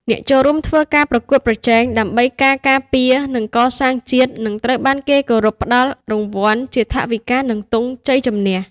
អ្នកចូលរួមធ្វើការប្រកួតប្រជែង ដើម្បីការ ការពារ និង កសាងជាតិ នឹងត្រូវបានគេគោរពផ្តល់រង្វាន់ជាថវិការនិងទង់ជ័យជំនះ។